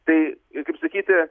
tai ir kaip sakyti